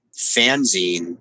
fanzine